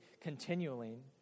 continuing